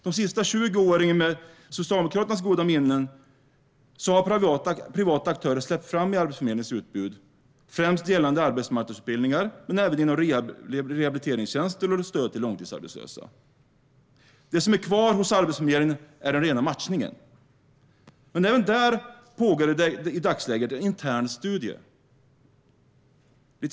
De sista 20 åren, med Socialdemokraternas goda minne, har privata aktörer släppts fram i Arbetsförmedlingens utbud, främst gällande arbetsmarknadsutbildningar men även inom rehabiliteringstjänster och stöd till långtidsarbetslösa. Det som är kvar hos Arbetsförmedlingen är den rena matchningen. Även där pågår i dagsläget en intern studie.